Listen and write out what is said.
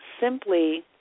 simply